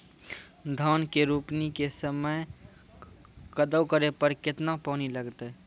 धान के रोपणी के समय कदौ करै मे केतना पानी लागतै?